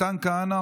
מתן כהנא,